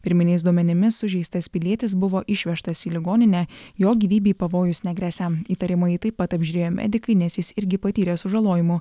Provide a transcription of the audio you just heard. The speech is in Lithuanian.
pirminiais duomenimis sužeistas pilietis buvo išvežtas į ligoninę jo gyvybei pavojus negresia įtariamąjį taip pat apžiūrėjo medikai nes jis irgi patyrė sužalojimų